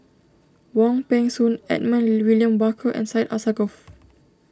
Wong Peng Soon Edmund William Barker and Syed Alsagoff